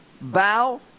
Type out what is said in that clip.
bow